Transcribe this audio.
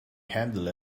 handle